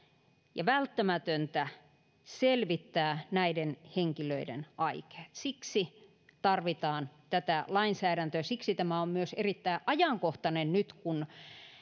ja välttämätöntä selvittää näiden henkilöiden aikeet siksi tarvitaan tätä lainsäädäntöä siksi tämä on myös erittäin ajankohtainen nyt kun